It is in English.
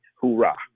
hoorah